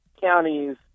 counties